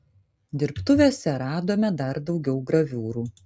dirbtuvėse radome dar daugiau graviūrų